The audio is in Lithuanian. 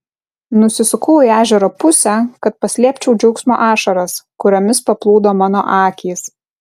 nusisukau į ežero pusę kad paslėpčiau džiaugsmo ašaras kuriomis paplūdo mano akys